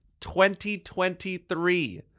2023